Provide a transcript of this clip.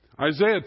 Isaiah